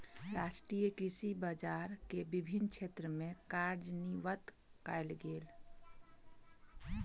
राष्ट्रीय कृषि बजार के विभिन्न क्षेत्र में कार्यान्वित कयल गेल